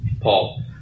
Paul